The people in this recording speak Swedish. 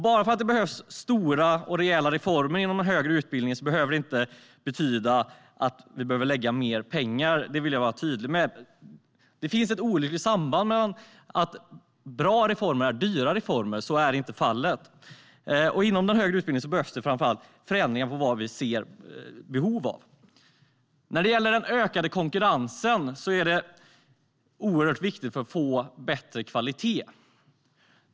Bara för att det behövs stora och rejäla reformer inom den högre utbildningen behöver det inte betyda att vi behöver lägga mer pengar på det. Det vill jag vara tydlig med. Det finns en olycklig sammanblandning: att bra reformer är dyra reformer. Så är inte fallet. Inom den högre utbildningen behövs det framför allt förändringar på vad vi ser behov av. När det gäller den ökade konkurrensen är det oerhört viktigt att få bättre kvalitet.